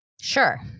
Sure